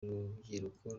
rubyiruko